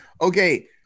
Okay